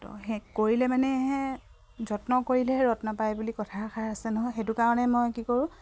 তো সেই কৰিলে মানেহে যত্ন কৰিলেহে ৰত্ন পায় বুলি কথা এষাৰ আছে নহয় সেইটো কাৰণে মই কি কৰোঁ